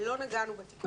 לא נגענו בתיקון.